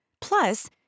Plus